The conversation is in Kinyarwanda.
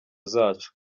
zacu